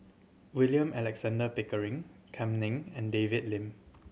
William Alexander Pickering Kam Ning and David Lim